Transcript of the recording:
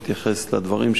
אתייחס לדברים,